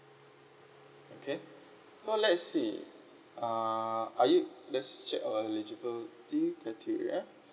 okay so let's see uh are you just check your eligibility ya